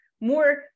more